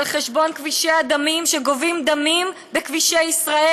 על חשבון כבישי הדמים שגובים דמים בכבישי ישראל.